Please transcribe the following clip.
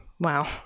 Wow